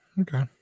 Okay